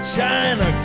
China